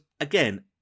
again